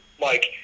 Mike